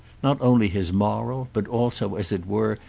not only his moral, but also, as it were,